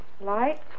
Light